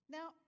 Now